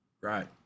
right